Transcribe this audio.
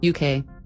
UK